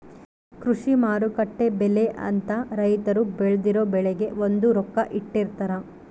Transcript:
ಕೃಷಿ ಮಾರುಕಟ್ಟೆ ಬೆಲೆ ಅಂತ ರೈತರು ಬೆಳ್ದಿರೊ ಬೆಳೆಗೆ ಒಂದು ರೊಕ್ಕ ಇಟ್ಟಿರ್ತಾರ